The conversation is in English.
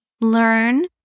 learn